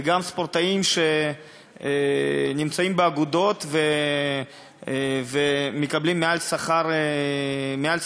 וגם על ספורטאים שנמצאים באגודות ומקבלים מעל שכר מינימום,